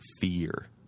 fear